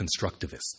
Constructivists